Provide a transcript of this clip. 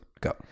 go